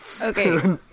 Okay